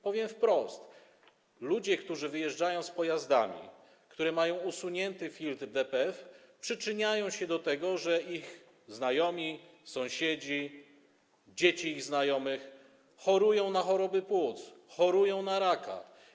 Powiem wprost: ludzie, którzy wyjeżdżają na drogę pojazdami, które mają usunięty filtr DPF, przyczyniają się do tego, że ich znajomi, sąsiedzi, dzieci ich znajomych chorują na choroby płuc, chorują na raka.